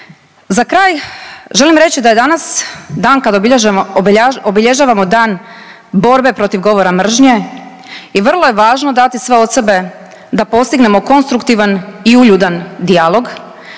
Za kraj želim reći da je danas dan kad obilježavamo dan borbe protiv govora mržnje i vrlo je važno dati sve od sebe da postignemo konstruktivan i uljudan dijalog,